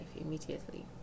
immediately